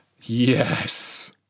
Yes